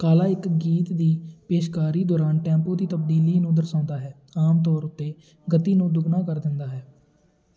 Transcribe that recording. ਕਾਲਾ ਇੱਕ ਗੀਤ ਦੀ ਪੇਸ਼ਕਾਰੀ ਦੌਰਾਨ ਟੈਂਪੂ ਦੀ ਤਬਦੀਲੀ ਨੂੰ ਦਰਸਾਉਂਦਾ ਹੈ ਆਮ ਤੌਰ ਉੱਤੇ ਗਤੀ ਨੂੰ ਦੁੱਗਣਾ ਕਰ ਦਿੰਦਾ ਹੈ